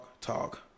talk